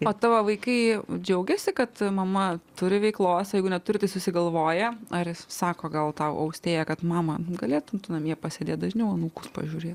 o tavo vaikai džiaugiasi kad mama turi veiklos o jeigu neturite susigalvoja ar išsako gal tau austėja kad mama galėtum tu namie pasėdėt dažniau anūkus pažiūrėt